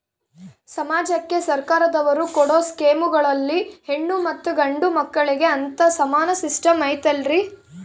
ಸಮಾಜಕ್ಕೆ ಸರ್ಕಾರದವರು ಕೊಡೊ ಸ್ಕೇಮುಗಳಲ್ಲಿ ಹೆಣ್ಣು ಮತ್ತಾ ಗಂಡು ಮಕ್ಕಳಿಗೆ ಅಂತಾ ಸಮಾನ ಸಿಸ್ಟಮ್ ಐತಲ್ರಿ?